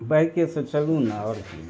बाइकेसँ चलूने आओर की